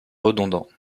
redondants